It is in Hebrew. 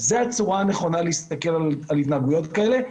זו הצורה הנכונה להסתכל על התנהגויות כאלה,